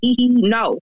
no